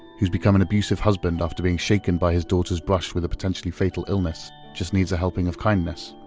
who's become an abusive husband after being shaken by his daughter's brush with a potentially fatal illness, just needs a helping of kindness.